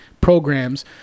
programs